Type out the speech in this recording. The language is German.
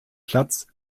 platz